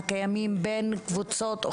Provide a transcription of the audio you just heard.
שקיימים בין קבוצות שונות